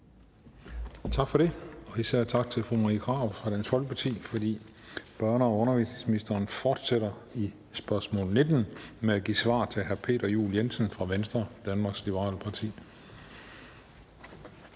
siger jeg tak til fru Marie Krarup fra Dansk Folkeparti. Børne- og undervisningsministeren fortsætter i spørgsmål 19 med at give svar til hr. Peter Juel-Jensen fra Venstre, Danmarks Liberale Parti.